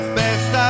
best